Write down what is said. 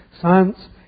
Science